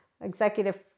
executive